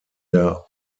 der